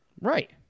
Right